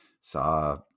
Saw